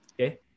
Okay